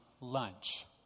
lunch